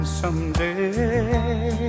someday